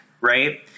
right